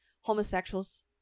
homosexuals